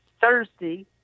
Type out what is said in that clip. Thursday